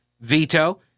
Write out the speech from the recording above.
veto